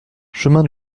chemin